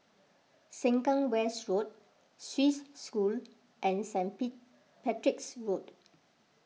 Sengkang West Road Swiss School and Saint peak Patrick's Road